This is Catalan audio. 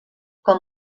com